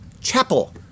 Chapel